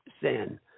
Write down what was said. sin